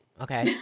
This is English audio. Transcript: Okay